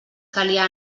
calia